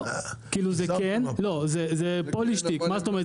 כאילו זה כן, זה פוילישטיק, מה זאת אומרת?